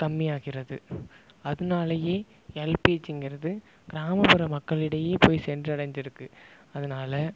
கம்மியாகிறது அதனாலயே எல்பிஜிங்கிறது கிராமப்புற மக்களிடையே போய் சென்றடைந்திருக்குது அதனால்